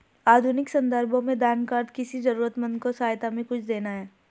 आधुनिक सन्दर्भों में दान का अर्थ किसी जरूरतमन्द को सहायता में कुछ देना है